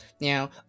Now